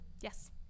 Yes